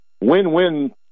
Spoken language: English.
win-win